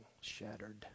shattered